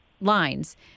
lines